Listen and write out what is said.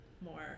more